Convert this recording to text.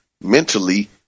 mentally